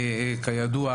כידוע,